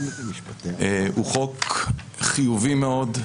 החוק הוא חוק חיובי מאוד,